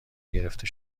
گرفته